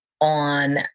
on